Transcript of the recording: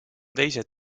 teised